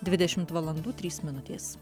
dvidešimt valandų trys minutės